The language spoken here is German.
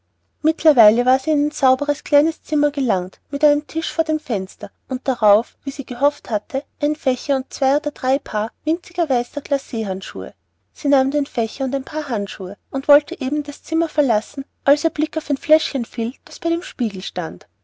mittlerweile war sie in ein sauberes kleines zimmer gelangt mit einem tisch vor dem fenster und darauf wie sie gehofft hatte ein fächer und zwei oder drei paar winziger weißer glaceehandschuhe sie nahm den fächer und ein paar handschuhe und wollte eben das zimmer verlassen als ihr blick auf ein fläschchen fiel das bei dem spiegel stand